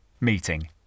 meeting